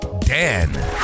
Dan